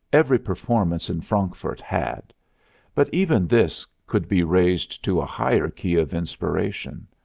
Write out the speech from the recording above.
every performance in frankfurt had but even this could be raised to a higher key of inspiration.